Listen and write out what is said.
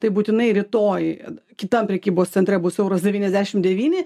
tai būtinai rytoj kitam prekybos centre bus euras devyniasdešim devyni